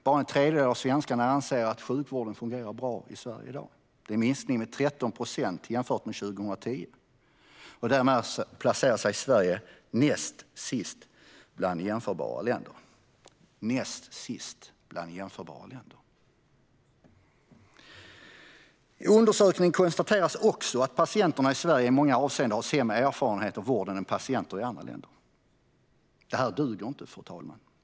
Bara en tredjedel av svenskarna anser att sjukvården fungerar bra i Sverige i dag. Det är en minskning med 13 procent jämfört med 2010. Därmed placerar sig Sverige näst sist bland jämförbara länder - näst sist! I undersökningen konstateras också att patienterna i Sverige i många avseenden har sämre erfarenheter av vården än patienter i andra länder. Det här duger inte, fru talman.